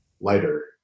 lighter